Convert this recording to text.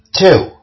Two